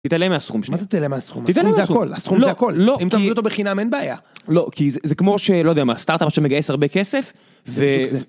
תתעלם מהסכום ש... מה זה תתעלם מהסכום?! הסכום זה הכל. תתעלם מהסכום. הסכום זה הכל. לא! אם אתה מקבל אותו בחינם אין בעיה, לא כי זה כמו שלא יודע מה, סטארטאפ שמגייס הרבה כסף? ו...